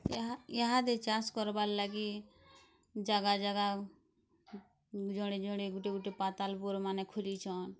ଇହା ଇହା ଦେଇ ଚାଷ କରବାର୍ ଲାଗି ଜାଗା ଜାଗା ଜଣେ ଜଣେ ଗୁଟେ ଗୁଟେ ପାତାଲ୍ ପୁର୍ ମାନେ ଖୁଲିଚନ୍